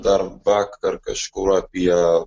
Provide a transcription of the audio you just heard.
dar vakar kažkur apie